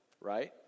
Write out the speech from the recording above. right